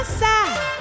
side